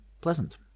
pleasant